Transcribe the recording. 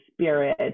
spirit